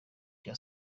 cya